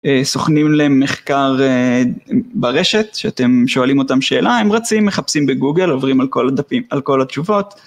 סוכנים למחקר ברשת, שאתם שואלים אותם שאלה, הם רצים, מחפשים בגוגל, עוברים על כל התשובות.